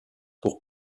pour